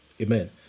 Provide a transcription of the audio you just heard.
Amen